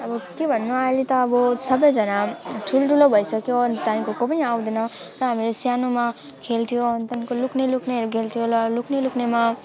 अब के भन्नु अहिले त अब सबजना ठुल्ठुलो भइसक्यो अनि टाइम गएको पनि आउँदैन र हामीले सानोमा अनि त्यहाँको लुक्ने लुक्नेहरू खेल्थ्यो र लुक्ने लुक्नेमा